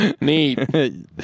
neat